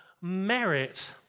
merit